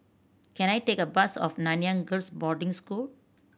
can I take a bus of Nanyang Girls' Boarding School